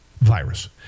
virus